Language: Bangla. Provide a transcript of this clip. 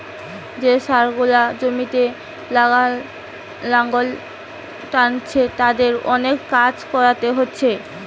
যে ষাঁড় গুলা জমিতে লাঙ্গল টানছে তাদের অনেক কাজ কোরতে হচ্ছে